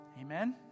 Amen